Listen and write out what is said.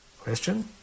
Question